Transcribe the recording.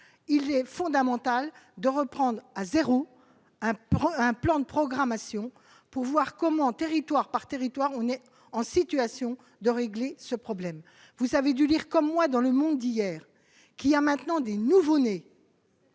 il est fondamental de reprendre à 0, un un plan de programmation pour voir comment, territoire par territoire, on est en situation de régler ce problème, vous avez dû lire comme moi dans le monde d'hier qu'il y a maintenant des nouveau-nés.